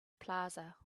plaza